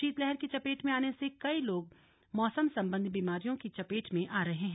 शीतलहर की चपेट में आने से कई लोग मौसम संबंधी बीमारियों की चपेट में आ रहे हैं